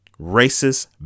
racist